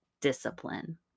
discipline